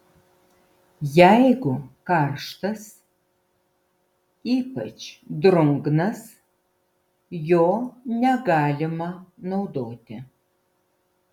jeigu karštas ypač drungnas jo negalima naudoti